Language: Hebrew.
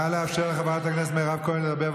נא לאפשר לחברת הכנסת מירב כהן לדבר,